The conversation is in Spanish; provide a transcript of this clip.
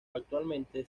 actualmente